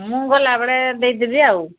ମୁଁ ଗଲାବେଳେ ଦେଇଦେବି ଆଉ